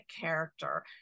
character